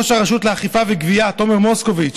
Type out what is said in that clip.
לראש הרשות לאכיפה וגבייה תומר מוסקוביץ,